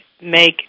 make